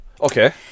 Okay